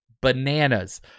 bananas